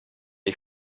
ich